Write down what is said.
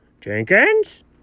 Jenkins